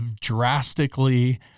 drastically